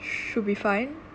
should be fine